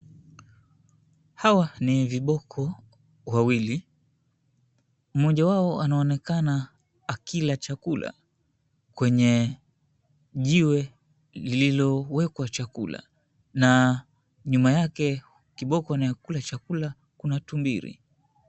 Hawa ni viboko wawili. Mmoja wao anaonekana akila chakula kwenye jiwe lililowekwa chakula na nyuma yake kiboko anayekula chakula kuna tumbili.